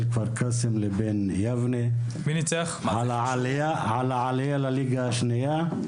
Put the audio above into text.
כפר קאסם לבין יבנה על העלייה לליגה השנייה.